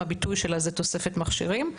שהביטוי שלה זה תוספת מכשירים.